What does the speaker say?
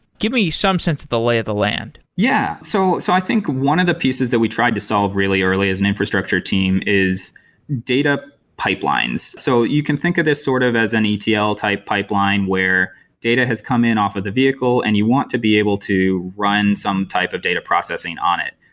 give me some sense the lay of the land. yeah. so so i think one of the pieces that we tried to solve really early is an infrastructure team is data pipelines. so you can think of this sort of as an etl type pipeline where data has come in off of the vehicle and you want to be able to run some type of data processing on it.